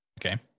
Okay